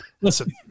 Listen